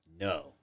no